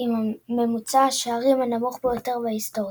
עם ממוצע השערים הנמוך ביותר בהיסטוריה.